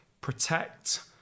protect